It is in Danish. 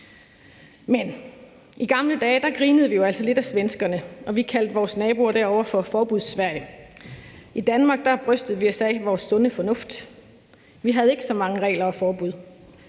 Men i gamle dage grinede vi jo altså lidt af svenskerne, og vi kaldte vores naboer derovre for Forbudssverige. I Danmark brystede vi os af vores sunde fornuft. Vi havde ikke så mange regler og forbud.